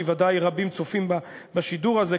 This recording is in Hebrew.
כי ודאי רבים צופים בשידור הזה,